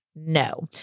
No